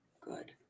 Good